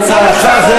כמה צריכה לעלות דירה?